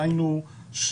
היינו,